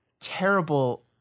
terrible